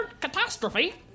catastrophe